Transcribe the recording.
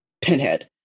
Pinhead